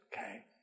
Okay